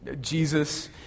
Jesus